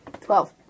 Twelve